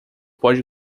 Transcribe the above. pode